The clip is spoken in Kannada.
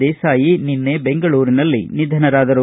ದೇಸಾಯಿ ನಿನ್ನೆ ಬೆಂಗಳೂರಿನಲ್ಲಿ ನಿಧನರಾದರು